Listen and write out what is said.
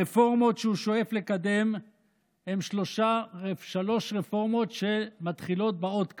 הרפורמות שהוא שואף לקדם הן שלוש רפורמות שמתחילות באות כ':